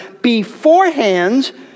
beforehand